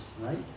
right